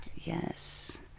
yes